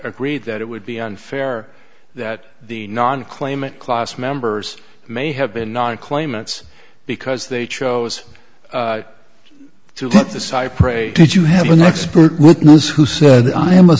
agreed that it would be unfair that the non claimant class members may have been on claimants because they chose to let the cypre did you have an expert witness who said i am a